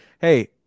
Hey